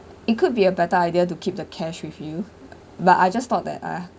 it could be a better idea to keep the cash with you but I just thought that !aiya!